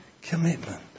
Commitment